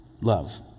love